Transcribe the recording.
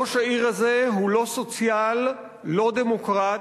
ראש העיר הזה הוא לא סוציאל, לא דמוקרט,